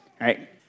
right